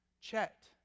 Chet